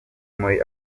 muri